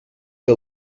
que